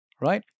right